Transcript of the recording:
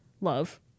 Love